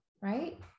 right